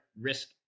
risk